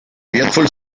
wertvoll